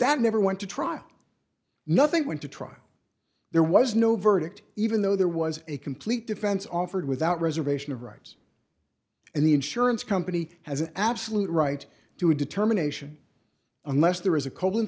that never went to trot nothing went to trial there was no verdict even though there was a complete defense offered without reservation of rights and the insurance company has an absolute right to a determination unless there is a co